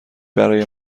برای